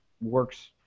works